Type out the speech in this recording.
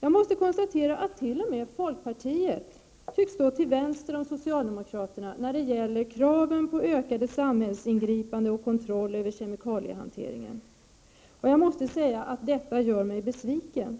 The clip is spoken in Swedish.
Jag måste konstatera att t.o.m. folkpartiet tycks stå till vänster om socialdemokraterna när det gäller kraven på ökade samhällsingripanden och kontroll över kemikaliehanteringen. Detta gör mig besviken.